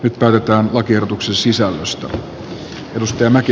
nyt päätetään lakiehdotuksen sisällöstä